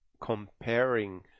comparing